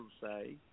say